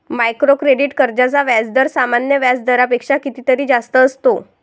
micro credit कर्जांचा व्याजदर सामान्य व्याज दरापेक्षा कितीतरी जास्त असतो